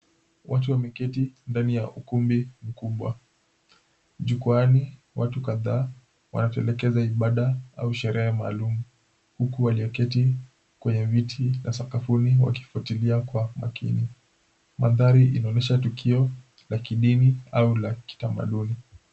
Watu wameketi ndani ya ukumbi mkubwa. Jukwaani watu kadhaa wanatelekeza ibada au sherehe maalum huku walioketi kwenye viti na sakafuni wakifwatilia kwa makini. Maandhari inaonyesha tukio la kidini au la kitamaduni.